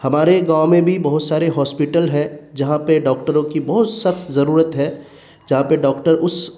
ہمارے گاؤں میں بھی بہت سارے ہاسپیٹل ہیں جہاں پہ ڈاکٹروں کی بہت سخت ضرورت ہے جہاں پہ ڈاکٹر اس